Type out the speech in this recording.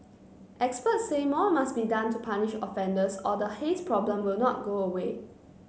experts say more must be done to punish offenders or the haze problem will not go away